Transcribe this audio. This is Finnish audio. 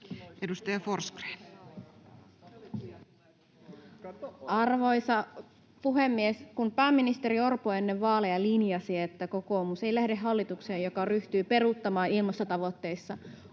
Edustaja Forsgrén. Arvoisa puhemies! Kun pääministeri Orpo ennen vaaleja linjasi, että kokoomus ei lähde hallitukseen, joka ryhtyy peruuttamaan ilmastotavoitteissa, olin ensin